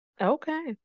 Okay